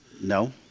No